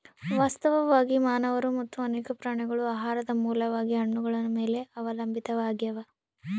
ವಾಸ್ತವವಾಗಿ ಮಾನವರು ಮತ್ತು ಅನೇಕ ಪ್ರಾಣಿಗಳು ಆಹಾರದ ಮೂಲವಾಗಿ ಹಣ್ಣುಗಳ ಮೇಲೆ ಅವಲಂಬಿತಾವಾಗ್ಯಾವ